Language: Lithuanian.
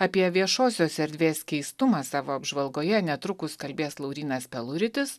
apie viešosios erdvės keistumą savo apžvalgoje netrukus kalbės laurynas peluritis